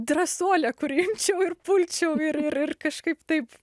drąsuolė kur imčiau ir pulčiau ir ir ir kažkaip taip